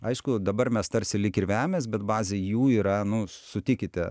aišku dabar mes tarsi lyg ir vejamės bet bazė jų yra nu sutikite